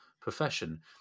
profession